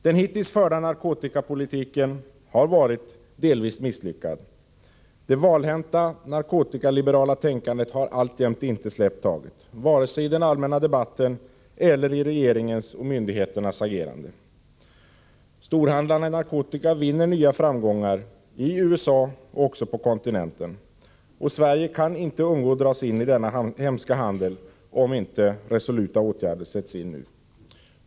Den hittills förda narkotikapolitiken har varit delvis misslyckad. Det valhänta narkotikaliberala tänkandet har alltjämt inte släppt taget, varken i den allmänna debatten eller i regeringens och myndigheternas agerande. Storhandlarna med narkotika vinner nya framgångar i USA och också på kontinenten. Och Sverige kan inte undgå att dras in i denna hemska handel, om inte resoluta åtgärder sätts in nu.